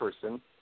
person